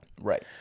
Right